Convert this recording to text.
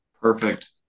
Perfect